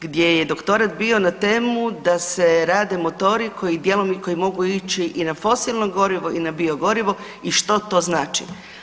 Gdje je doktorat bio na temu da se rade motori, dijelovi koji mogu ići i na fosilno gorivo i na biogorivo i što to znači.